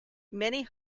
many